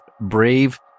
brave